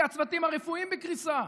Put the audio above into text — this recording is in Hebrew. כי הצוותים הרפואיים בקריסה.